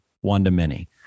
one-to-many